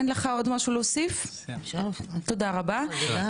תודה רבה.